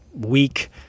week